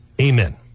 Amen